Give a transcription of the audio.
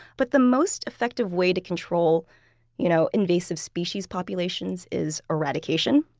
but the most effective way to control you know invasive species populations is eradication,